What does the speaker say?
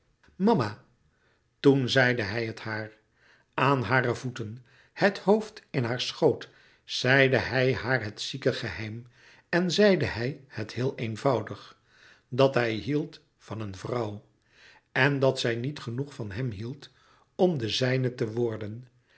mama toen zeide hij het haar aan hare voeten het hoofd in haar schoot zeide hij haar het zieke geheim en zeide hij het heel eenvoudig dat hij hield van een vrouw en dat zij niet genoeg van hem hield om de zijne te worden